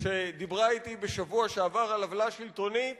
שדיברה אתי בשבוע שעבר על עוולה שלטונית